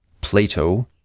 Plato